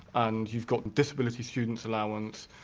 and you've got disability students allowance,